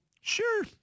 Sure